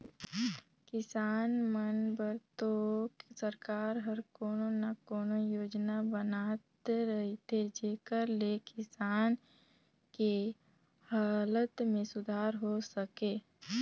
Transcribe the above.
किसान मन बर तो सरकार हर कोनो न कोनो योजना बनात रहथे जेखर ले किसान के हालत में सुधार हो सके